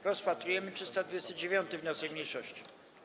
Rozpatrujemy 329. wniosek mniejszości.